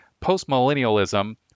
Postmillennialism